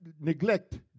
neglect